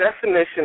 Definition